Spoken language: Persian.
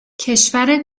کشور